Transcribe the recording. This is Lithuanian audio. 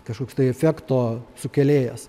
kažkoks tai efekto sukėlėjas